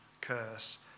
curse